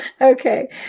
Okay